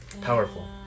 Powerful